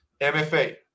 MFA